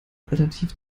alternativ